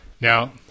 now